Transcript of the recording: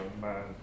man